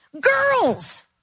girls